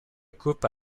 couple